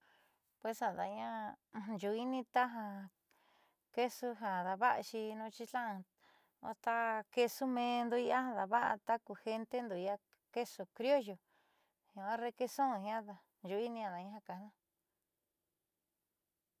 Pues ada'aña yuui'ini taja queso ja daava'axi nochixtlán o ta queso meendo ja daava'a ku gentendo la queso criollo o requeson jiaa yuui'ini ada'ana ja kaajna.